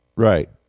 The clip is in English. Right